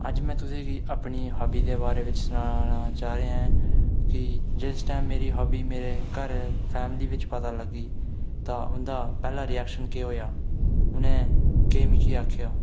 अज्ज में तुसेंगी अपनी होबिस दे बारे बिच्च सानना चाएं ऐ कि जिस टैम मेरे हॉबी मेरे घर फैमिली बिच्च पता लग्गी तां उं'दा पैह्ला रिएक्शन केह् होएआ उ'नें केह् मिगी आखेआ